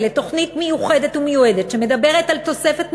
לתוכנית מיוחדת ומיועדת שמדברת על תוספת מיטות,